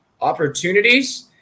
opportunities